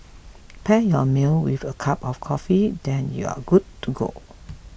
pair your meal with a cup of coffee then you're good to go